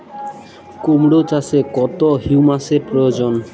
কুড়মো চাষে কত হিউমাসের প্রয়োজন?